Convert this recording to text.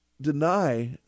deny